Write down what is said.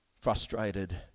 frustrated